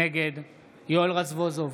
נגד יואל רזבוזוב,